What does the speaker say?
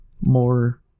more